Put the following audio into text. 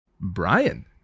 Brian